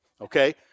okay